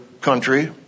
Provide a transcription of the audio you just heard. country